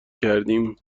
کردیم